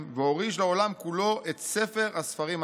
והוריש לעולם כולו את ספר הספרים הנצחי.